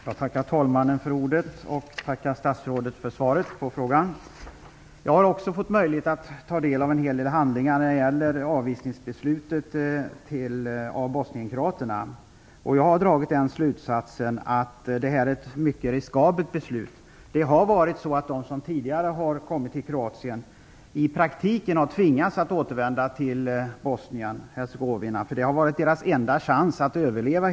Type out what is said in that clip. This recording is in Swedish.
Fru talman! Jag tackar talmannen för ordet och statsrådet för svaret på frågan. Jag har också fått möjlighet att ta del av en hel del handlingar när det gäller avvisningsbeslutet av bosnien-kroaterna. Jag har dragit den slutsatsen att detta är ett mycket riskabelt beslut. De som tidigare har kommit till Kroatien har i praktiken tvingats att återvända till Bosnien-Hercegovina. Det har helt enkelt varit deras enda chans att överleva.